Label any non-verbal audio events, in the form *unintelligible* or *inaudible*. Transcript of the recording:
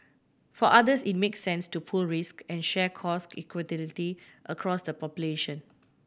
for others it makes sense to pool risk and share cost *unintelligible* across the population